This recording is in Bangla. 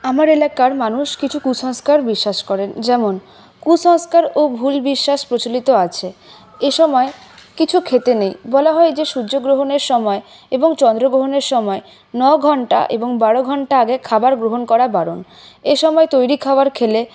আমার এলাকার মানুষ কিছু কুসংস্কার বিশ্বাস করেন যেমন কুসংস্কার ও ভুল বিশ্বাস প্রচলিত আছে এ সময় কিছু খেতে নেই বলা হয় যে সূর্যগ্রহণের সময় এবং চন্দ্রগ্রহণের সময় ন ঘণ্টা এবং বারো ঘণ্টা আগে খাবারগ্রহণ করা বারণ এ সময় তৈরি খাবার খেলে